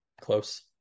close